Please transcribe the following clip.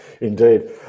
Indeed